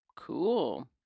Cool